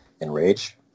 enrage